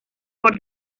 por